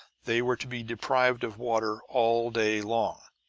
they were to be deprived of water all day long.